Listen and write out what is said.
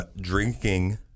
drinking